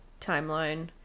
timeline